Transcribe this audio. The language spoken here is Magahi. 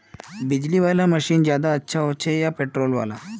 बिजली वाला मशीन ज्यादा अच्छा होचे या पेट्रोल वाला?